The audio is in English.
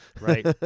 Right